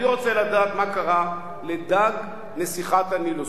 ומה זה משנה?